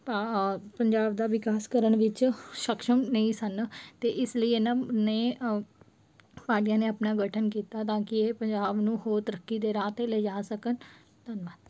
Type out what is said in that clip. ਪੰਜਾਬ ਦਾ ਵਿਕਾਸ ਕਰਨ ਵਿੱਚ ਸਕਸ਼ਮ ਨਹੀਂ ਸਨ ਅਤੇ ਇਸ ਲਈ ਇਹਨਾਂ ਨੇ ਪਾਰਟੀਆਂ ਨੇ ਆਪਣਾ ਗਠਨ ਕੀਤਾ ਤਾਂ ਕਿ ਇਹ ਪੰਜਾਬ ਨੂੰ ਹੋਰ ਤਰੱਕੀ ਦੇ ਰਾਹ 'ਤੇ ਲਿਜਾ ਸਕਣ ਧੰਨਵਾਦ